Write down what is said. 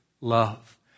love